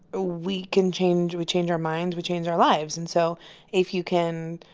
ah we can change. we change our minds, we change our lives. and so if you can